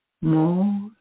More